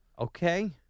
Okay